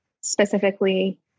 specifically